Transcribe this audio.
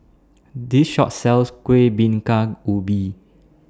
This Shop sells Kueh Bingka Ubi